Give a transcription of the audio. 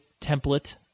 template